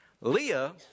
Leah